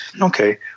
okay